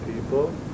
people